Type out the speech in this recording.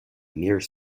mere